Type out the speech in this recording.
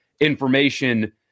information